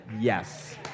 yes